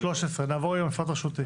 13, נעבור למפרט הרשותי.